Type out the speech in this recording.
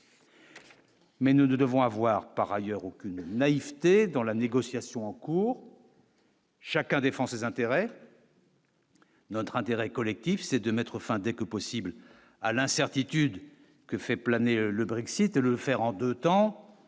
mais nous ne devons avoir par ailleurs aucune naïveté dans la négociation en cours. Chacun défend ses intérêts. Notre intérêt collectif, c'est de mettre fin dès que possible à l'incertitude que fait planer le Brexit et le faire en 2 temps